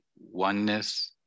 oneness